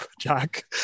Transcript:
Jack